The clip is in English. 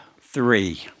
three